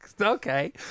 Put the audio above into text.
Okay